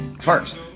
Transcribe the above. first